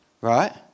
right